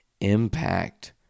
Impact